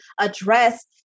address